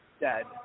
dead